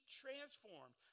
transformed